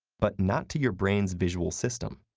but not to your brain's visual system.